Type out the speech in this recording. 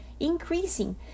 increasing